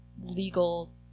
legal